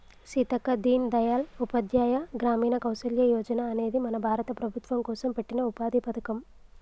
సీతక్క దీన్ దయాల్ ఉపాధ్యాయ గ్రామీణ కౌసల్య యోజన అనేది మన భారత ప్రభుత్వం కోసం పెట్టిన ఉపాధి పథకం